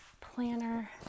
planner